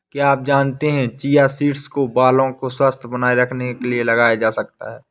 क्या आप जानते है चिया सीड्स को बालों को स्वस्थ्य बनाने के लिए लगाया जा सकता है?